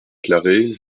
clarée